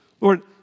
Lord